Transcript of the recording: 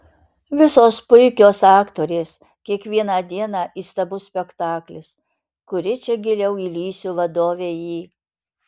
visos puikios aktorės kiekvieną dieną įstabus spektaklis kuri čia giliau įlįsiu vadovei į